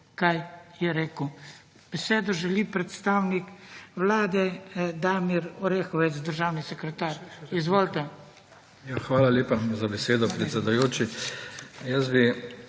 kaj je rekel. Besedo želi predstavnik Vlade, Damir Orehovec, državni sekretar. Izvolite. **DAMIR OREHOVEC:** Ja, hvala lepa za besedo, predsedujoči. Jaz bi